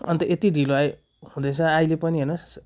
अन्त यति ढिलो आई हुँदैछ अहिले पनि हेर्नुहोस्